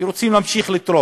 כי הם רוצים להמשיך לתרום,